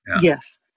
Yes